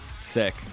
Sick